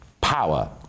power